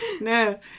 No